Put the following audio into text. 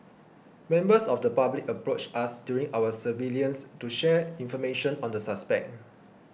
members of the public approached us during our surveillance to share information on the suspect